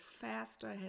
faster